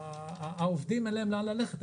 לעובדים אין לאן ללכת,